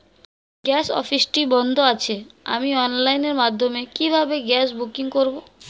Gas অফিসটি বন্ধ আছে আমি অনলাইনের মাধ্যমে কিভাবে গ্যাস বুকিং করব?